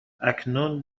اکنون